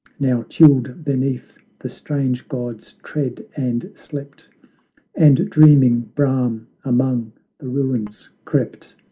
now chilled beneath the strange god's tread and slept and dreaming brahm among the ruins crept,